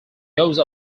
those